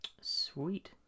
Sweet